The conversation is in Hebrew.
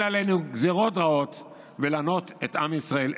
עלינו גזרות רעות ולענות את עם ישראל,